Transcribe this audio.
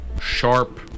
sharp